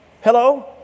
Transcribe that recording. Hello